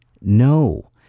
No